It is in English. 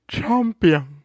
Champion